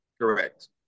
Correct